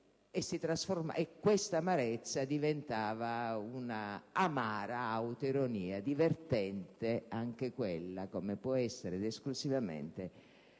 cui l'amarezza diventava amara autoironia, divertente anche quella, come può esserlo esclusivamente